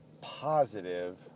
positive